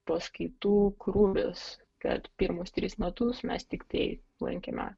paskaitų krūvis kad pirmus tris metus mes tiktai lankėme